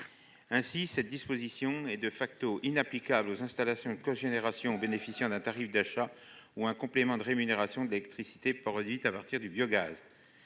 (CRE). Cette disposition est donc inapplicable aux installations de cogénération bénéficiant d'un tarif d'achat ou d'un complément de rémunération de l'électricité produite à partir de biogaz.